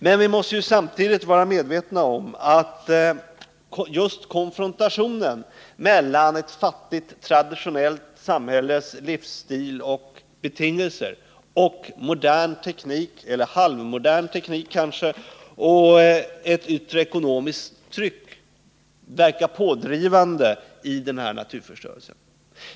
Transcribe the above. Men vi måste samtidigt vara medvetna om att just konfrontationen mellan ett fattigt traditionellt samhälles livsstil och betingelser å ena sidan och modern eller kanske halvmodern teknik och ett yttre ekonomiskt tryck å andra sidan verkar pådrivande i denna naturförstörelse.